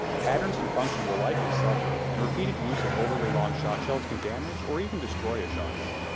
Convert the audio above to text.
patterns and function will likely suffer, and repeated use of overly-long shotshells can damage or even destroy a shotgun.